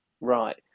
right